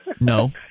No